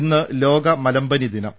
ഇന്ന് ലോക മലമ്പനി ദിനം